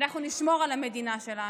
אנחנו נשמור על המדינה שלנו.